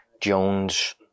Jones